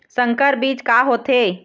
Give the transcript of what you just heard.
संकर बीज का होथे?